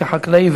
כחקלאי,